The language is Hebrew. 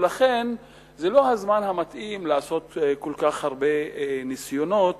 ולכן זה לא הזמן המתאים לעשות כל כך הרבה ניסיונות